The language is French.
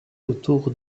autour